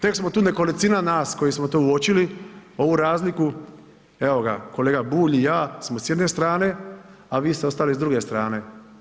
Tek smo tu nekolicina nas koji smo to uočili, ovu razliku, evo ga, kolega Bulj i ja smo s jedne strane, a vi ste ostali s druge strane.